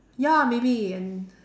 ya maybe and